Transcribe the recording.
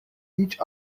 each